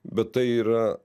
bet tai yra